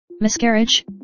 Miscarriage